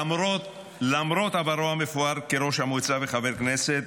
למרות עברו המפואר כראש המועצה וחבר כנסת,